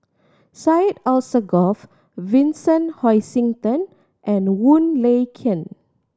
Syed Alsagoff Vincent Hoisington and Wong Lin Ken